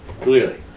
Clearly